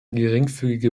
geringfügige